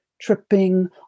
tripping